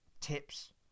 tips